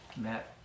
Matt